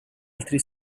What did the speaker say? altri